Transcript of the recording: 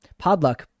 Podluck